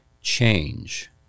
change